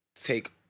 Take